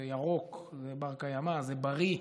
זה ירוק, זה בר-קיימא, זה בריא,